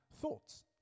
thoughts